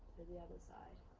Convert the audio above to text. to the other side.